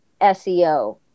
SEO